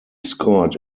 scored